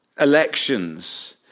elections